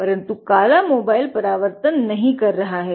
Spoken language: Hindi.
परन्तु काला मोबाइल परावर्तित नही कर रहा है